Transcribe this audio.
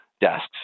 desks